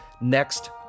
next